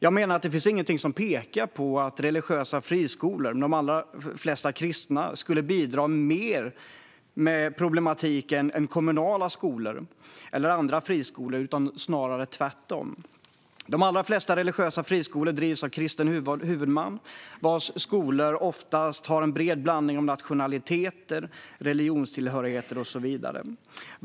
Jag menar att det inte finns något som pekar på att religiösa friskolor, varav de flesta är kristna, skulle bidra mer till problematiken än kommunala skolor eller andra friskolor. Det är snarare tvärtom. De allra flesta religiösa friskolor drivs av en kristen huvudman vars skolor oftast har en bred blandning av nationaliteter, religionstillhörigheter och så vidare.